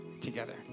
together